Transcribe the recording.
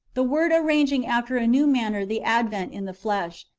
the word arranging after a new manner the advent in the flesh,